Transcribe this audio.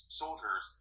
soldiers